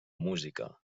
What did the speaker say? música